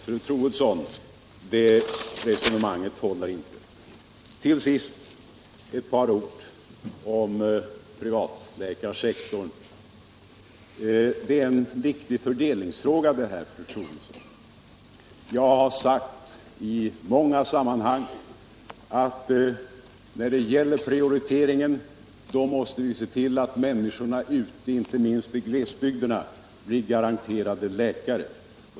Fru Troedsson, det resonemanget håller inte! Till sist ett par ord om privatläkarsektorn. Det här är en viktig läkarfördelningsfråga. Jag har sagt i många sammanhang att vi, när det gäller prioritering, måste se till att människorna ute inte minst i glesbygderna blir garanterade läkare.